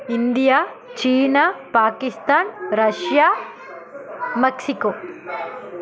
India China Pakistan Russia Mexico